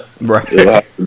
right